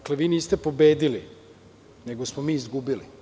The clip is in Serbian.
Dakle, vi niste pobedili nego smo mi izgubili.